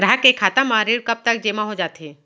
ग्राहक के खाता म ऋण कब तक जेमा हो जाथे?